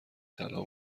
طلا